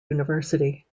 university